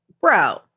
bro